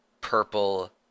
purple